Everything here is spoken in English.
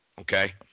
Okay